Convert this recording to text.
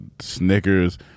Snickers